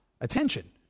attention